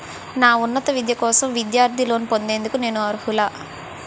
నా ఉన్నత విద్య కోసం విద్యార్థి లోన్ పొందేందుకు నేను అర్హులా?